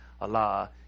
Allah